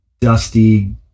dusty